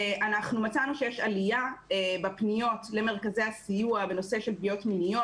אנחנו מצאנו שיש עלייה בפניות למרכזי הסיוע בנושא של פגיעות מיניות.